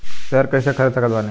Share कइसे खरीद सकत बानी?